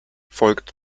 folgt